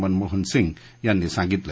मनमोहन सिंग यांनी सांगितलं